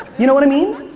you know what i mean?